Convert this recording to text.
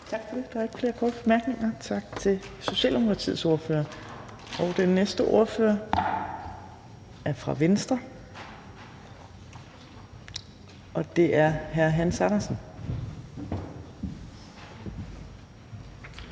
Tak for det. Der er ikke flere korte bemærkninger. Tak til Socialdemokratiets ordfører. Den næste ordfører er fra Venstre, og det er hr. Hans Andersen.